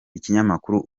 ikinyamakuru